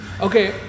Okay